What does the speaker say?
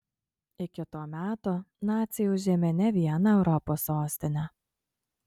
iki to meto naciai užėmė ne vieną europos sostinę